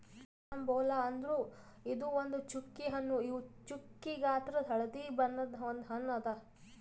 carambola ಅಂದುರ್ ಇದು ಒಂದ್ ಚ್ಚುಕಿ ಹಣ್ಣು ಇವು ಚ್ಚುಕಿ ಗಾತ್ರದಾಗ್ ಹಳದಿ ಬಣ್ಣದ ಒಂದ್ ಹಣ್ಣು ಅದಾ